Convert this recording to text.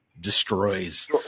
destroys